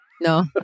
No